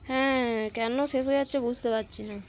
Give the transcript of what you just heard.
হ্যাঁ কেন শেষ হয়ে যাচ্ছে বুঝতে পারছি না